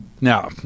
Now